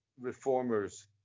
reformers